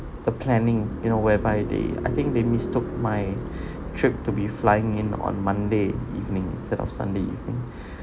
the planning you know whereby they I think they mistook my trip to be flying in on monday evening instead of sunday evening